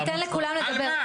דקה אנחנו ניתן לכולם לדבר.